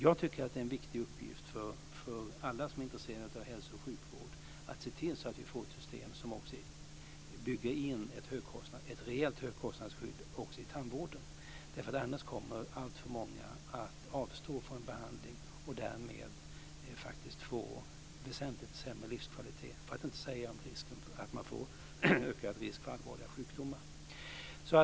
Jag tycker att det är en viktig uppgift för alla som är intresserade av hälso och sjukvård att se till att vi får ett system som bygger in ett rejält högkostnadsskydd också i tandvården annars kommer alltför många att avstå från behandling och därmed få väsentligt sämre livskvalitet, för att inte säga ökad risk för allvarliga sjukdomar.